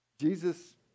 Jesus